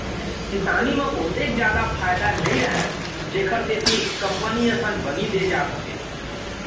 किसानी म ओतेक जादा फायदा नइ रहय जेखर सेती कंपनी असन बनी दे जाए सकय